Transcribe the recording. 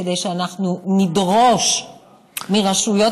כדי שאנחנו נדרוש מרשויות בתי הסוהר,